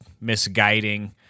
misguiding